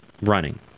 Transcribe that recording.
running